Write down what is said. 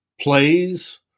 plays